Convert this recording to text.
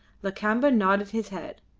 lakamba nodded his head.